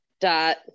Dot